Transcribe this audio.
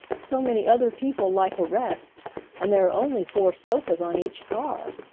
so many other people like a rest and there are only four sofas on each car,